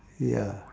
ya